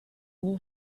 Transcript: knew